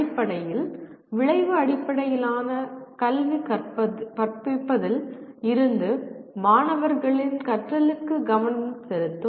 அடிப்படையில் விளைவு அடிப்படையிலான கல்வி கற்பிப்பதில் இருந்து மாணவர்களின் கற்றலுக்கு கவனம் செலுத்தும்